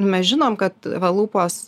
mes žinom kad va lūpos